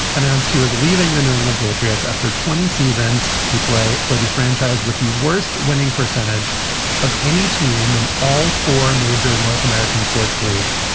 announced he was leaving the new england patriots after twenty seasons to play for the franchise with the worst winning percentage of any team in all four major north american sports leagues.